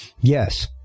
Yes